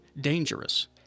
dangerous